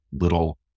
little